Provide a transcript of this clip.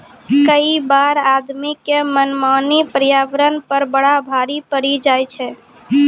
कई बार आदमी के मनमानी पर्यावरण पर बड़ा भारी पड़ी जाय छै